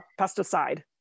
pesticide